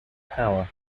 power